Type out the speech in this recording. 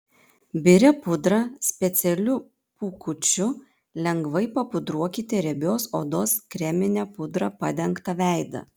biria pudra specialiu pūkučiu lengvai papudruokite riebios odos kremine pudra padengtą veidą